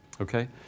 okay